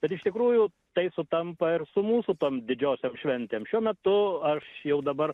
bet iš tikrųjų tai sutampa ir su mūsų tom didžiosiom šventėm šiuo metu aš jau dabar